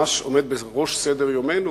ממש עומד בראש סדר-יומנו,